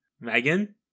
Megan